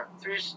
three